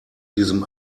diesem